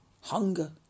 hunger